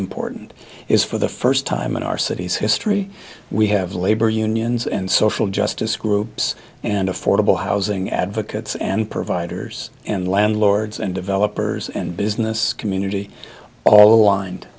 important is for the first time in our city's history we have labor unions and social justice groups and affordable housing advocates and providers and landlords and developers and business community all aligned